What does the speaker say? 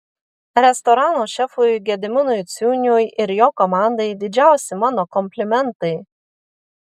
restorano šefui gediminui ciūniui ir jo komandai didžiausi mano komplimentai